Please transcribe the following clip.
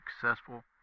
successful